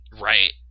Right